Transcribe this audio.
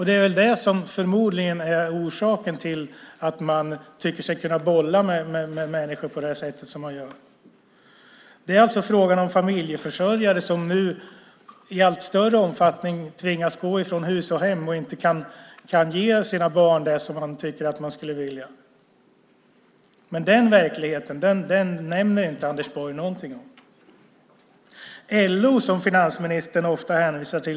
Det är väl det som förmodligen är orsaken till att man tycker sig kunna bolla med människor på det sättet. Det är alltså fråga om familjeförsörjare som i allt större omfattning tvingas gå från hus och hem och inte kan ge sina barn vad de vill. Den verkligheten nämner inte Anders Borg. Finansministern hänvisar ofta till LO.